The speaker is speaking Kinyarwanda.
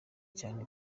cyane